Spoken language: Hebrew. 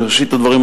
בראשית הדברים,